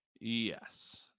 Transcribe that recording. Yes